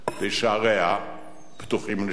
ששעריה פתוחים לשלום.